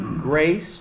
grace